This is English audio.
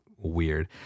weird